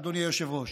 אדוני היושב-ראש,